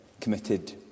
committed